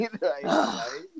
right